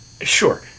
sure